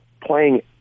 playing